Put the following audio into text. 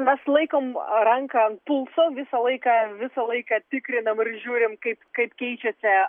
mes laikom ranką ant pulso visą laiką visą laiką tikrinam ir žiūrim kaip kaip keičiasi